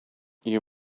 you